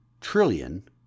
Trillion